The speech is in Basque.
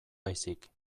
baizik